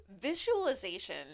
Visualization